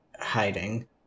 hiding